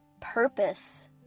purpose